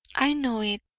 i know it,